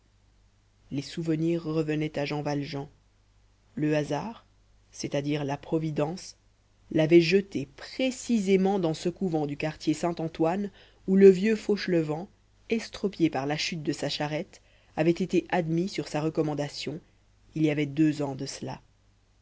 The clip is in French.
les souvenirs revenaient à jean valjean le hasard c'est-à-dire la providence l'avait jeté précisément dans ce couvent du quartier saint-antoine où le vieux fauchelevent estropié par la chute de sa charrette avait été admis sur sa recommandation il y avait deux ans de cela